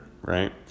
right